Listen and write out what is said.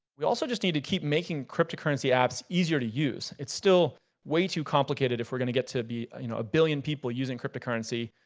we also just need to keep making cryptocurrency apps easier to use. it's still way too complicated if we're gonna get to be you know a billion people using cryptocurrency.